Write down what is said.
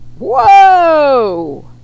Whoa